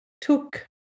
took